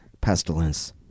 Pestilence